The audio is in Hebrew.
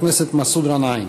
חבר הכנסת מסעוד גנאים.